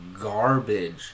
garbage